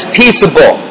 peaceable